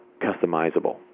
customizable